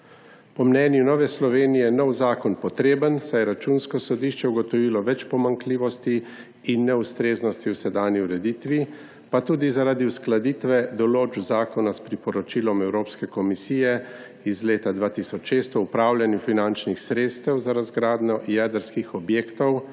Po mnenju Nove Slovenije je nov zakon potreben, saj je Računsko sodišče ugotovilo več pomanjkljivosti in neustreznosti v sedanji ureditvi, pa tudi zaradi uskladitve določb zakona s priporočilom Evropske komisije iz leta 2006 o upravljanju finančnih sredstev za razgradnjo jedrskih objektov,